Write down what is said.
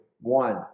one